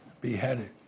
beheaded